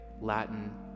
Latin